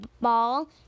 ball